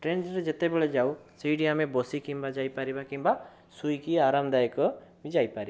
ଟ୍ରେନରେ ଯେତେବେଳେ ଯାଉ ସେଇଠି ଆମେ ବସିକି କିମ୍ବା ଯାଇପାରିବା କିମ୍ବା ଶୁଇକି ଆରାମଦାୟକ ବି ଯାଇପାରିବା